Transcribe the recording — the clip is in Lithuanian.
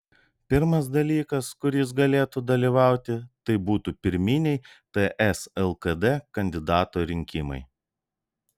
pirmas dalykas kur jis galėtų dalyvauti tai būtų pirminiai ts lkd kandidato rinkimai